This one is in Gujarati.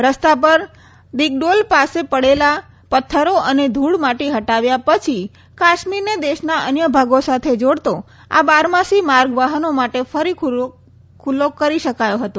રસ્તા પર દીગ્ડોલ પાસે પડેલા પત્થરો અને ધુળ માટી હટાવ્યા પછી કાશ્મીરને દેશના અન્ય ભાગો સાથે જોડતો આ બારમાસી માર્ગ વાહનો માટે કરી ખુલ્લો કરી શકાયો હતો